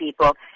people